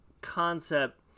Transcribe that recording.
concept